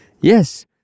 Yes